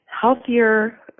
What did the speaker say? healthier